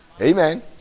Amen